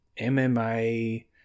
MMA